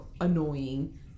annoying